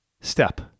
step